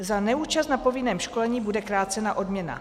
Za neúčast na povinném školení bude krácena odměna.